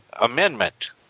amendment